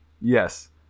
yes